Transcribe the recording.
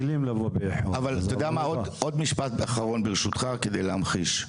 עוד משפט אחרון ברשותך על מנת להמחיש.